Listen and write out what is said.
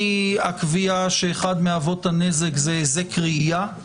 מהקביעה שאחד מאבות הנזק זה היזק הראייה,